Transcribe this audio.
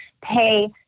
pay